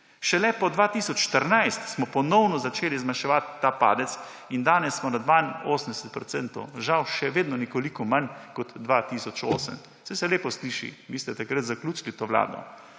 Šele po 2014 smo ponovno začeli zmanjševati ta padec in danes smo na 82 %, žal še vedno nekoliko manj kot 2008. Saj se lepo sliši, vi ste takrat zaključili to vlado,